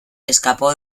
escapó